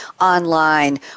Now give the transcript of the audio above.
online